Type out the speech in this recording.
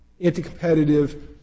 anti-competitive